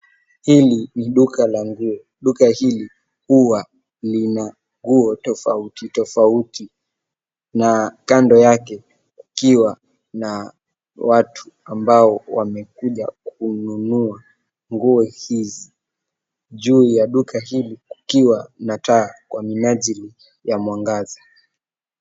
Hili ni duka la nguo. Duka hili huwa lina nguo tofauti tofauti, na kando yake kukiwa na watu ambao wamekuja kununua nguo hizi. Juu ya duka hili kukiwa na taa kwa minajili ya mwangaza.